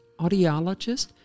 audiologist